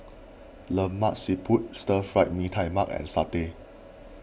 Lemak Siput Stir Fry Mee Tai Mak and Satay